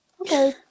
okay